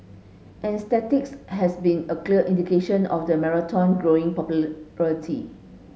and statistics have been a clear indication of the marathon growing